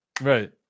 right